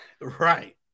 Right